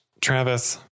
Travis